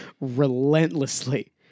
relentlessly